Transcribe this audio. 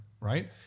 Right